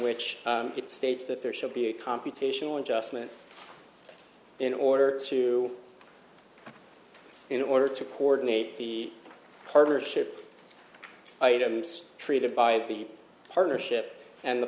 which it states that there should be a computational adjustment in order to in order to coordinate the partnership items treated by the partnership and the